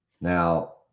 Now